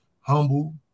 Humble